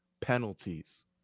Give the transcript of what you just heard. penalties